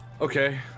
Okay